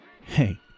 Hey